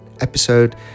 episode